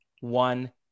one